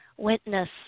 witness